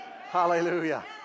Hallelujah